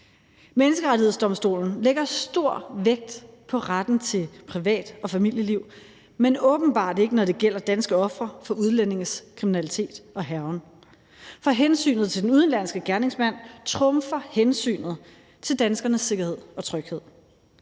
Menneskerettighedsdomstolen lægger stor vægt på retten til et privat- og familieliv, men åbenbart ikke, når det gælder danske ofre for udlændinges kriminalitet og hærgen. For hensynet til den udenlandske gerningsmand trumfer hensynet til danskernes sikkerhed og tryghed.